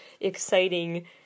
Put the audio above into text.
Exciting